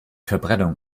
verbrennung